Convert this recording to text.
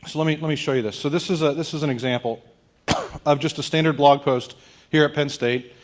so let me let me show you this. so this is ah this is an example of just a standard blog post here at penn state.